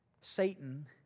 Satan